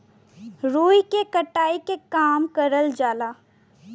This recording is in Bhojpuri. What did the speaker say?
रुई के कटाई के काम करल जाला